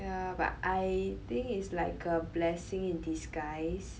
ya but I think it's like a blessing in disguise